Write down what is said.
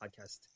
podcast